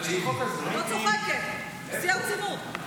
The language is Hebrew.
אני לא צוחקת, בשיא הרצינות.